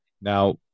Now